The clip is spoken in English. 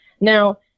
Now